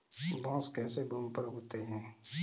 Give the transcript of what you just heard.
बांस कैसे भूमि पर उगते हैं?